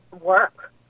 work